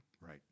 Right